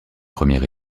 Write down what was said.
première